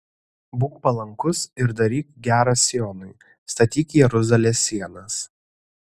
būk palankus ir daryk gera sionui statyk jeruzalės sienas